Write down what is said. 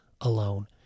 alone